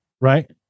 Right